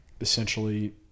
essentially